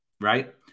right